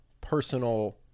personal